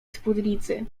spódnicy